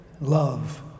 love